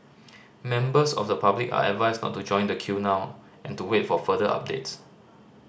members of the public are advised not to join the queue now and to wait for further updates